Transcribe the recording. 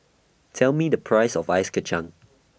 Tell Me The Price of Ice Kachang